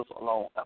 alone